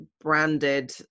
branded